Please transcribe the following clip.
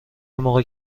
موقع